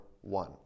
one